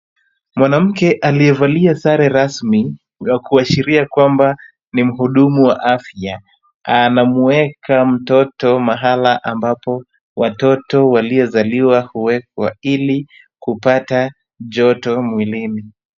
Mwanamke aliyevalia sare rasmi za kuwashiria kwamba ni muhudumu wa afya, anamueka mtoto mahala ambapo watoto waliozaliwa huwekwa, ili kupata joto mwilini.